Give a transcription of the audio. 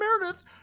Meredith